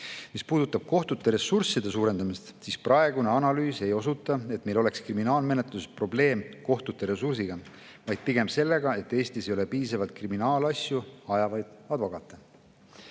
Mis puudutab kohtute ressursside suurendamist, siis praegune analüüs ei osuta, et meil oleks kriminaalmenetluses probleeme kohtute ressursiga. Pigem on asi selles, et Eestis ei ole piisavalt kriminaalasju ajavaid advokaate.